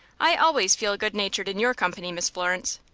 i always feel good-natured in your company, miss florence.